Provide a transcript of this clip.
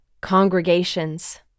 congregations